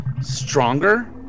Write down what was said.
Stronger